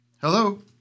Hello